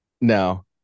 No